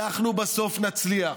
אנחנו בסוף נצליח,